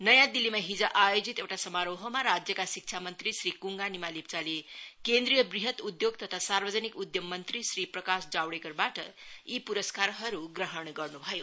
नयाँ दिल्लीमा हिज आयोजित एउटा समारोहमा राज्यका शिक्षा मन्त्री श्री कुङ्गा निमा लेप्चाले केन्द्रीय वृहत उद्योग तथा सार्वजनिक उद्यम मन्त्री श्री प्रकाश जावडेकरबाट यी पुरस्कारहरू ग्रहण गर्नु भयो